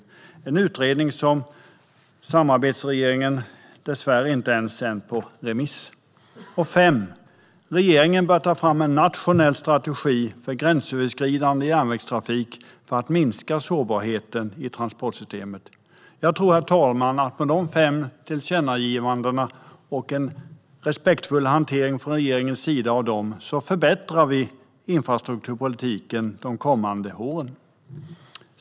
Denna utredning har samarbetsregeringen dessvärre inte ens sänt på remiss. För det femte: Regeringen bör ta fram en nationell strategi för gränsöverskridande järnvägstrafik för att minska sårbarheten i transportsystemet. Herr talman! Med dessa fem tillkännagivanden, och en respektfull hantering av dem från regeringens sida, tror jag att vi förbättrar infrastrukturpolitiken de kommande åren.